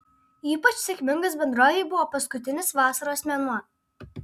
ypač sėkmingas bendrovei buvo paskutinis vasaros mėnuo